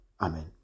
Amen